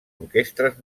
orquestres